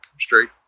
straight